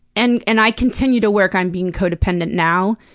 and and i continue to work on being co-dependent now,